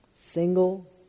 Single